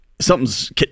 something's